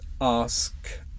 ask